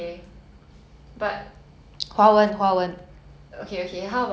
summarizing okay okay okay